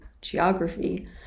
geography